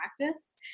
practice